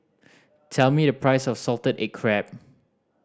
tell me the price of salted egg crab